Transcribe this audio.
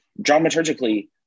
dramaturgically